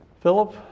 Philip